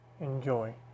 Enjoy